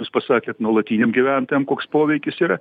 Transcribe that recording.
jūs pasakėt nuolatiniam gyventojam koks poveikis yra